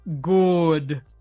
good